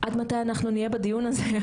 עד מתי אנחנו נהיה בדיון הזה.